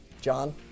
John